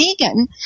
vegan